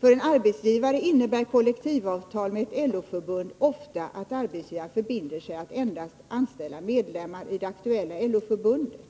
För en — frågor m.m. arbetsgivare innebär kollektivavtal med ett LO-förbund ofta att han förpliktar sig att endast anställa medlemmar i det aktuella LO-förbundet.